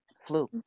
flu